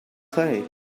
play